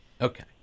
okay